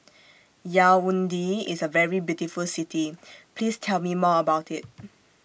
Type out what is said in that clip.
Yaounde IS A very beautiful City Please Tell Me More about IT